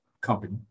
company